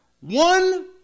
one